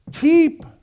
Keep